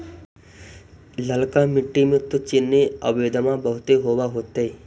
ललका मिट्टी मे तो चिनिआबेदमां बहुते होब होतय?